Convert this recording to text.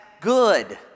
good